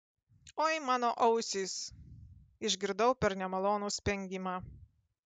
oi mano ausys išgirdau per nemalonų spengimą